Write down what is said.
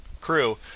crew